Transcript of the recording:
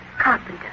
Carpenter